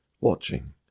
watching